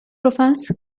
profiles